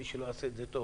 מי שלא יעשה את זה טוב